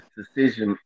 decision